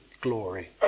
glory